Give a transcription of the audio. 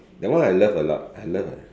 that one I love a lot I love a